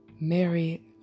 Mary